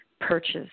purchase